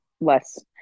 less